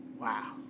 Wow